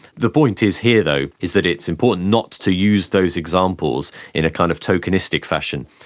the point is here though is that it's important not to use those examples in a kind of tokenistic fashion.